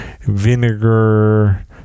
vinegar